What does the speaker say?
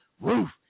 Roof